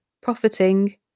Profiting